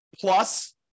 plus